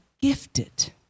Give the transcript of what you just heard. gifted